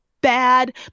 bad